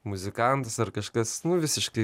muzikantas ar kažkas visiškai